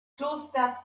klosters